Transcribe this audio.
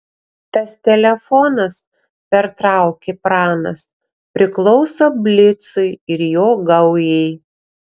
tas telefonas pertraukė pranas priklauso blicui ir jo gaujai